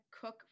cook